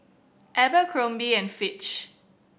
Abercrombie and Fitch